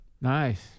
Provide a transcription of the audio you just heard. Nice